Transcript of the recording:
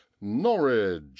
Norwich